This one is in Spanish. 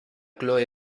chole